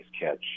catch